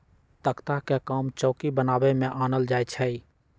तकख्ता के काम चौकि बनाबे में आनल जाइ छइ